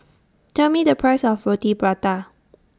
Tell Me The Price of Roti Prata